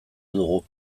dugu